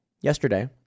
yesterday